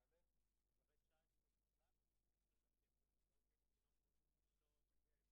גם אותו שירות הסעות צריך לעבור הכנה